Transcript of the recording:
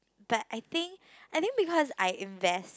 but I think I think because I invest